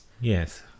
Yes